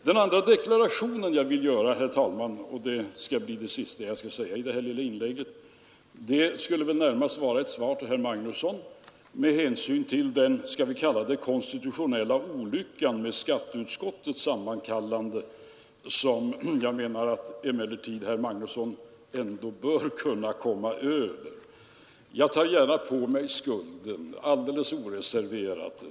Den andra deklarationen jag vill göra, herr talman — och det skall bli det sista jag säger i det här lilla inlägget — skulle närmast vara ett svar till herr Magnusson i Borås med hänsyn till, skall vi kalla det den konstitutionella olyckan med skatteutskottets sammankallande, som jag emellertid menar att herr Magnusson ändå bör kunna komma över. Jag tar gärna på mig skulden alldeles oreserverat.